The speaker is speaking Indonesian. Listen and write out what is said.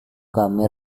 kami